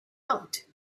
out